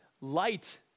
Light